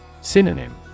Synonym